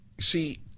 See